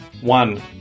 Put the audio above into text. One